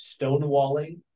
stonewalling